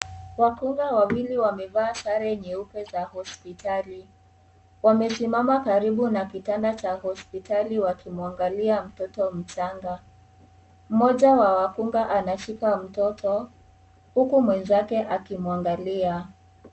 Wagonjwa wawili wamevaa sare nyeupe za hospitali, wamesimama karibu na kitanda cha hospitali wakimwangalia mtoto mchanga . Mmoja wa wakunga anashika mtoto huku mwenzake akimwangalia.